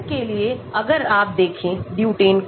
उदाहरण के लिए अगर आपदेखें ब्यूटेन को